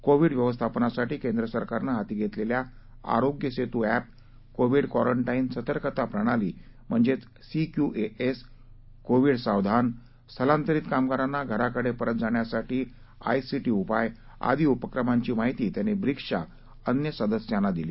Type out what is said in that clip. Covid व्यवस्थापनासाठी केंद्र सरकारनं हाती घेतलेल्या आरोग्यसेतू अध्वकोविड क्वारंटाईन सतर्कता प्रणाली म्हणजेच सीक्यू झि कोविड सावधान स्थलांतरित कामगारांना घराकडे परत जाण्यासाठी आयसीटी उपाय आदी उपक्रमांची माहिती त्यांनी ब्रिक्सच्या अन्य सदस्यांना दिली